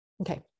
Okay